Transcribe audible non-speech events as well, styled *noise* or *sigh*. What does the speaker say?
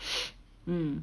*breath* mm